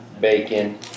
bacon